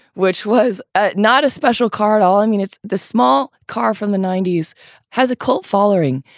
which was ah not a special car at all, i mean, it's the small car from the ninety s has a cult following,